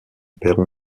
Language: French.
perron